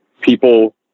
people